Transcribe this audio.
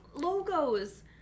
logos